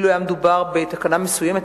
לו דובר בתקנה מסוימת,